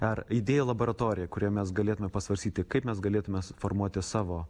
ar idėjų laboratorija kurioj mes galėtume pasvarstyti kaip mes galėtumėme formuoti savo